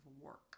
work